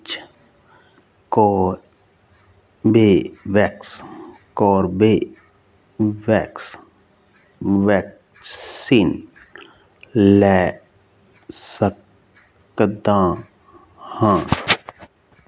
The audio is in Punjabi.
ਵਿੱਚ ਕੋਰਬੇਵੈਕਸ ਕੋਰਬੇਵੈਕਸ ਵੈਕਸੀਨ ਲੈ ਸਕਦਾ ਹਾਂ